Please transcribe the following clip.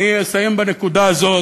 אני אסיים בנקודה הזאת.